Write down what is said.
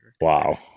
Wow